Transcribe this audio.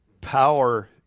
Power